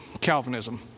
Calvinism